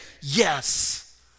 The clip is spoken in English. yes